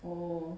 uh